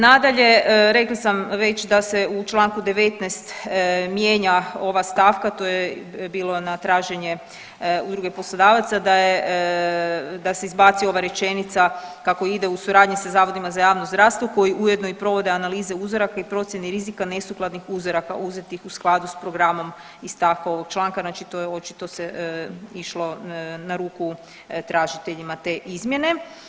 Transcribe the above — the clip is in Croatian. Nadalje, rekla sam već da se u čl. 19. mijenja ova stavka to je bilo na traženje Udruge poslodavaca da se izbaci ova rečenica kako ide u suradnji sa zavodima za javno zdravstvo koji ujedno provode analize uzoraka i procjeni rizika nesukladnih uzoraka uzetih u skladu s programom iz stavka ovog članka, znači očito se išlo na ruku tražiteljima te izmjene.